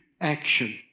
action